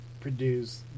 produce